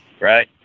right